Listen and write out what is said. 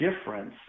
difference